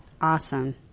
Awesome